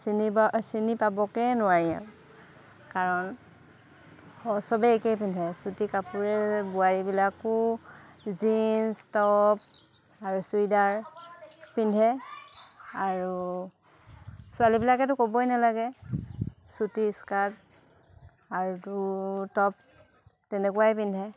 চিনি বা চিনি পাবকে নোৱাৰি কাৰণ চবেই একেই পিন্ধে চুটি কাপোৰে বোৱাৰীবিলাকো জিন্স টপ আৰু চুইদাৰ পিন্ধে আৰু ছোৱালীবিলাকেতো ক'বই নালাগে চুটি স্কাৰ্ট আৰুটো টপ তেনেকুৱাই পিন্ধে